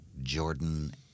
Jordan